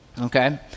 Okay